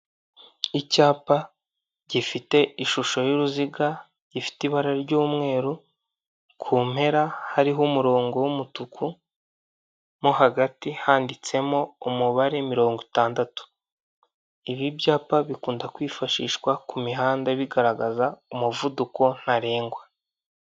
Icyapa gifite ishusho y'uruziga gifite ibara ry'umweru ku mpera hariho umurongo wumutuku mo hagati handitsemo umubare mirongo itandatu, ibi byapa bikunda kwifashishwa ku mihanda bigaragaza umuvuduko ntarengwa.